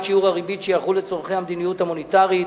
שיעור הריבית שיחול לצורכי המדיניות המוניטרית,